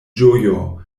ĝojo